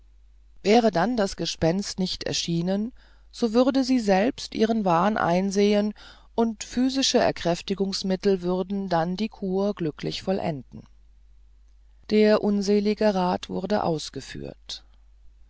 wäre dann das gespenst nicht erschienen so würde sie selbst ihren wahn einsehen und physische erkräftigungsmittel würden dann die kur glücklich vollenden der unselige rat wurde ausgeführt